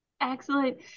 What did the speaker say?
excellent